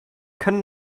können